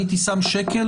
הייתי שם שקל,